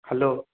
hello